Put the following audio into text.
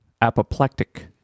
Apoplectic